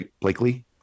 Blakely